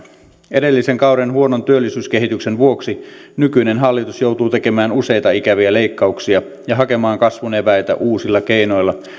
edellisen kauden huonon työllisyyskehityksen vuoksi nykyinen hallitus joutuu tekemään useita ikäviä leikkauksia ja hakemaan kasvun eväitä uusilla keinoilla